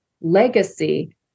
legacy